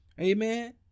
Amen